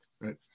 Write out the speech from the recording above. right